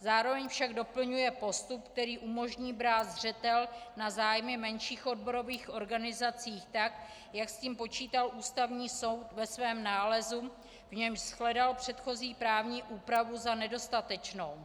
Zároveň však doplňuje postup, který umožní brát v zřetel na zájmy menších odborových organizací, tak jak s tím počítal Ústavní soud ve svém nálezu, v němž shledal předchozí právní úpravu za nedostatečnou.